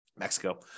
Mexico